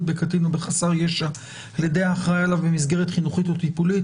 בקטין או בחסר ישע על ידי האחראי עליו במסגרת חינוכית או טיפולית),